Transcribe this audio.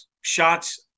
Shots